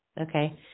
Okay